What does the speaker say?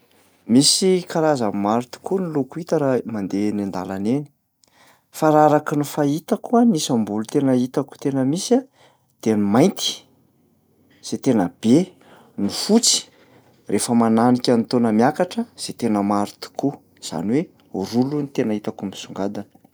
Misy karazany maro tokoa ny loko hita raha mandeha eny an-dàlana eny. Fa raha araky ny fahitako a ny isam-bolo tena hitako tena misy a dia ny mainty zay tena be, ny fotsy rehefa mananika ny taona miakatra zay tena maro tokoa. Izany hoe roa loha no tena itako misongadina.